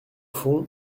fond